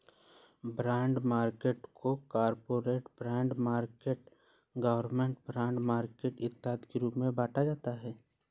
bond market को corporate bond market government bond market इत्यादि के रूप में बांटा जाता है